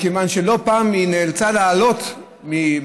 מכיוון שלא פעם היא נאלצה להעלות מסמכותה,